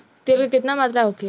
तेल के केतना मात्रा होखे?